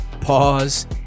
pause